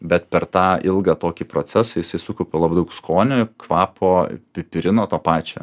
bet per tą ilgą tokį procesą jisai sukaupia labai daug skonio kvapo pipirino to pačio